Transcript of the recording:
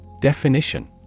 Definition